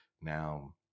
Now